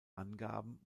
angaben